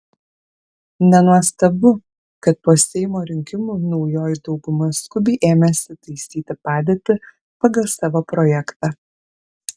nenuostabu kad po seimo rinkimų naujoji dauguma skubiai ėmėsi taisyti padėtį pagal savo projektą